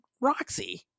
roxy